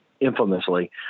infamously